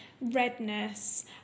redness